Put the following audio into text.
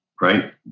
Right